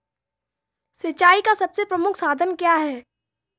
सिंचाई का सबसे प्रमुख साधन क्या है?